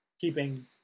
keeping